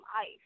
ice